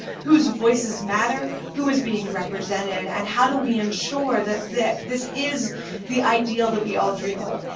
whose voices matter, who is being represented, and how do we ensure that that this is the ideal that we all dream of.